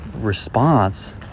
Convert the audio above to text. response